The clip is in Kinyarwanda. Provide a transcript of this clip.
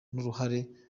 twizeye